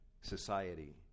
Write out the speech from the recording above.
society